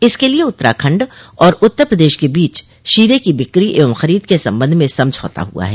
इसके लिए उत्तराखण्ड और उत्तर प्रदेश के बीच शीरे की बिक्री एवं खरीद के सम्बन्ध में समझौता हुआ है